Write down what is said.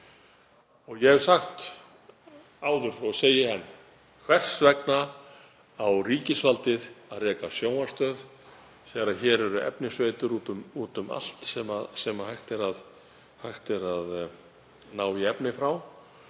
Ég hef sagt áður og segi enn: Hvers vegna á ríkisvaldið að reka sjónvarpsstöð þegar hér eru efnisveitur úti um allt sem hægt er að ná í efni frá?